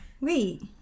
wait